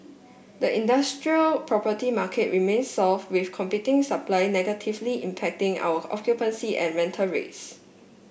the industrial property market remain soft with competing supply negatively impacting our occupancy and rental rates